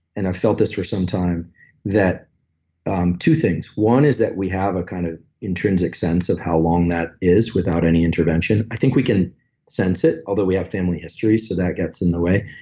and i've felt this for some time that um two things. one is that we have a kind of intrinsic sense of how long that is, without any intervention. i think we can sense it, although we have family history so that gets in the way.